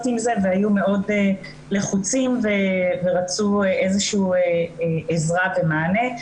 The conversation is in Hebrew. עם זה והיו מאוד לחוצים ורצו עזרה ומענה.